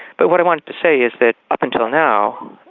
but what i wanted to say is that up until now,